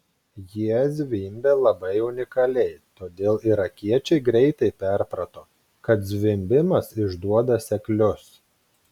jie zvimbė labai unikaliai todėl irakiečiai greitai perprato kad zvimbimas išduoda seklius